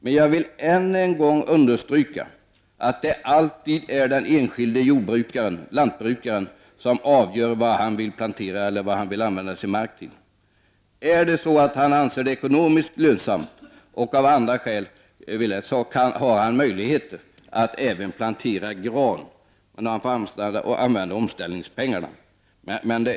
Men jag vill än en gång understryka att det alltid är den enskilda lantbrukaren som avgör vad han vill använda sin mark till. Anser han det vara ekonomiskt lönsamt, eller av andra skäl vill ha det så, har han möjligheter att även plantera gran. För det får han använda omställningspengarna.